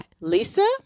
Lisa